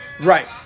Right